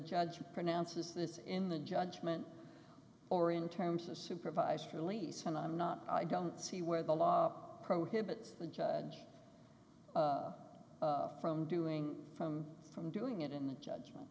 judge pronounces this in the judgment or in terms of supervised release and i'm not i don't see where the law prohibits the judge from doing from from doing it in the judgment